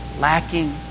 Lacking